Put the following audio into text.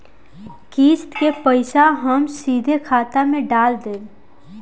किस्त के पईसा हम सीधे खाता में डाल देम?